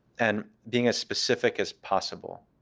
and being as specific as possible.